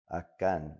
akan